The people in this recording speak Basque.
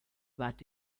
bat